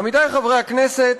עמיתי חברי הכנסת,